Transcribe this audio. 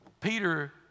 Peter